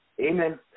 Amen